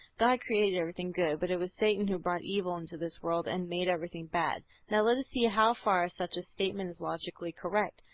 god created everything good, but it was satan who brought evil into this world and made everything bad. now let us see how far such a statement is logically correct.